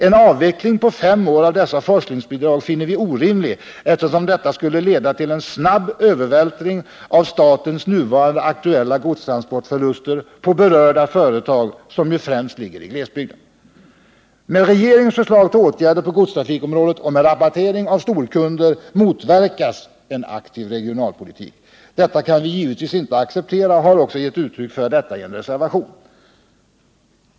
En avveckling på fem år av dessa forslingsbidrag finner vi orimlig, eftersom detta skulle leda till en snabb övervältring av statens nuvarande aktuella godstransportförluster på berörda företag, som ju främst ligger i glesbygden. Med regeringens förslag till åtgärder på godstrafikområdet och med rabattering för storkunder motverkas en aktiv regionalpolitik. Detta kan vi givetvis inte acceptera och har också gett uttryck för detta i en reservation.